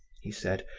he said,